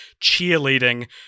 cheerleading